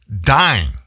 dying